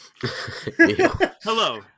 Hello